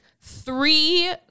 three